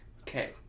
Okay